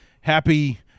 Happy